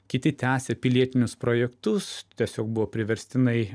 kiti tęsia pilietinius projektus tiesiog buvo priverstinai